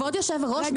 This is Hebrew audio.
כבוד יושב הראש,